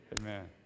Amen